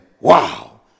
Wow